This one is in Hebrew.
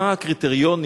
מה הקריטריונים?